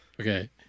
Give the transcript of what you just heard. okay